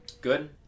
Good